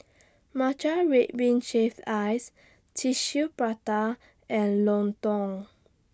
Matcha Red Bean Shaved Ice Tissue Prata and Lontong